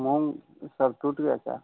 मूँग सब टूट गया क्या